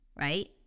right